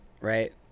Right